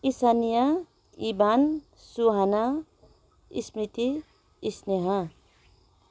Isanya Ibhan Suhana Smriti Sneha